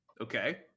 Okay